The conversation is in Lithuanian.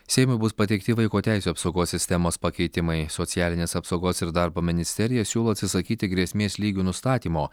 seimui bus pateikti vaiko teisių apsaugos sistemos pakeitimai socialinės apsaugos ir darbo ministerija siūlo atsisakyti grėsmės lygių nustatymo